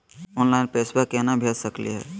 Online पैसवा केना भेज सकली हे?